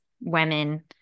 women